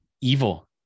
evil